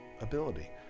ability